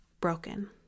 broken